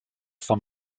vom